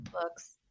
books